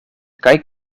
kaj